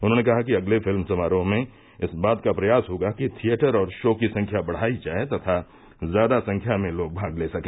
उन्होंने कहा कि अगले फिल्म समारोह में इस बात का प्रयास होगा कि थियेटर और शो की संख्या बढ़ाई जाये तथा ज्यादा संख्या में लोग भाग ले सके